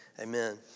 Amen